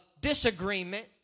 disagreement